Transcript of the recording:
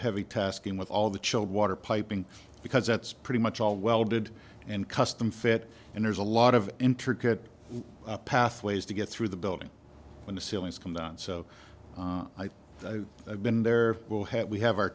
heavy task in with all the chilled water piping because that's pretty much all welded and custom fit and there's a lot of intricate pathways to get through the building when the ceilings come down so i have been there will have we have our